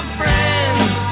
friends